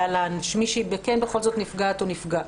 מי שהיא בכל זאת נפגעת או נפגע.